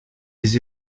les